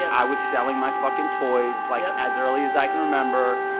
i was selling my fuckin' toys like as early as i can remember.